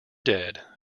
dead